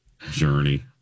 journey